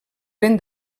ben